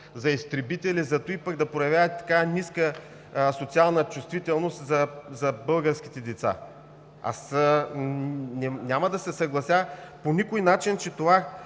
за изтребители, за друго, пък да проявявате такава ниска социална чувствителност за българските деца? Няма да се съглася по никакъв начин, че това,